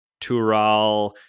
Tural